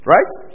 Right